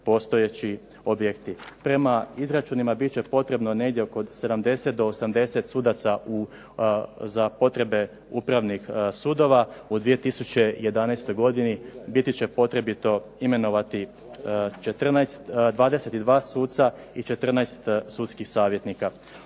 postojeći objekti. Prema izračunima bit će potrebno negdje oko 70 do 80 sudaca za potrebe upravnih sudova. U 2011. godini biti će potrebito imenovati 22 suca i 14 sudskih savjetnika.